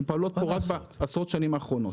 הן פועלות פה רק בעשרות השנים האחרונות.